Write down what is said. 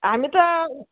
हामी त